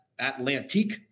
Atlantique